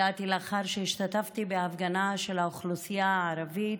הגעתי לאחר שהשתתפתי בהפגנה של האוכלוסייה הערבית,